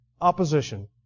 opposition